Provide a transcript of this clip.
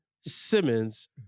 Simmons